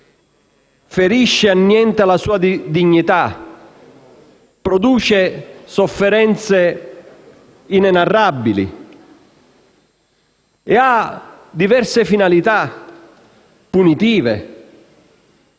ferisce e annienta la sua dignità, produce sofferenze inenarrabili e ha diverse finalità punitive,